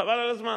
חבל על הזמן,